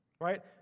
right